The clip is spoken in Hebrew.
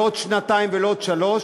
לא עוד שנתיים ולא עוד שלוש,